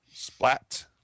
Splat